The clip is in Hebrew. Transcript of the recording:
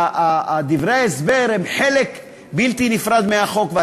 דברי ההסבר הם חלק בלתי נפרד מהחוק.